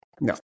No